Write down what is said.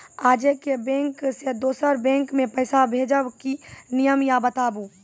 आजे के बैंक से दोसर बैंक मे पैसा भेज ब की नियम या बताबू?